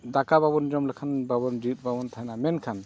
ᱫᱟᱠᱟ ᱵᱟᱵᱚᱱ ᱡᱚᱢ ᱞᱮᱠᱷᱟᱱ ᱵᱟᱵᱚᱱ ᱡᱮᱣᱮᱫ ᱵᱟᱵᱚᱱ ᱛᱟᱦᱮᱱᱟ ᱢᱮᱱᱠᱷᱟᱱ